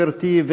גברתי,